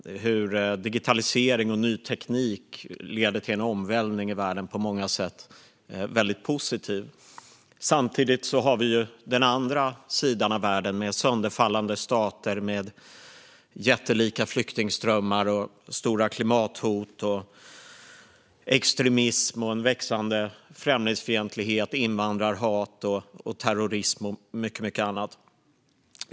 Digitalisering och ny teknik leder på många sätt till en omvälvning i världen som också är väldigt positiv. Samtidigt har vi den andra sidan av världen med sönderfallande stater, jättelika flyktingströmmar, stora klimathot, extremism, växande främlingsfientlighet, invandrarhat, terrorism och mycket annat.